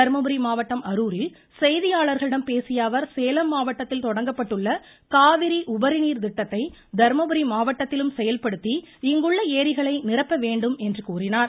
தர்மபுரி மாவட்டம் அருரில் செய்தியாளர்களிடம் பேசிய அவர் சேலம் மாவட்டத்தில் தொடங்கப்பட்டுள்ள காவிரி உபரிநீர் திட்டத்தை தர்மபுரி மாவட்டத்திலும் செயல்படுத்தி இங்குள்ள ஏரிகளை நிரப்ப வேண்டும் எனக் கூறினார்